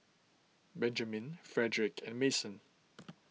Benjamine Frederick and Mason